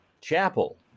chapel